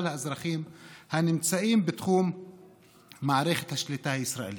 האזרחים הנמצאים בתחום מערכת השליטה הישראלית.